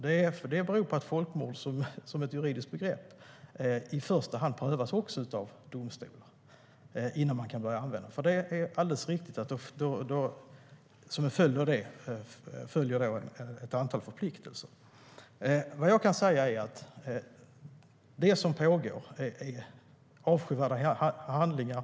Det beror på att folkmord som ett juridiskt begrepp i första hand också prövas av domstol, innan man kan börja använda det. Det är alldeles riktigt att det då som en följd av det följer ett antal förpliktelser. Vad jag kan säga är att det som pågår är avskyvärda handlingar.